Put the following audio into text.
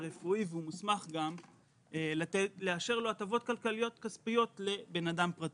הרפואי והוא מוסמך גם לאשר לו הטבות כלכליות לבן אדם פרטי.